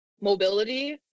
Mobility